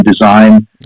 design